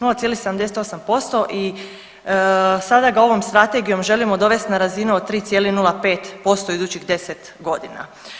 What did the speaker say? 0,78% i sada ga ovom strategijom želimo dovesti na razinu od 3,05% u idućih 10 godina.